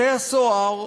בתי-הסוהר,